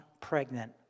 pregnant